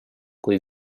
kui